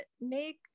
make